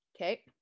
Okay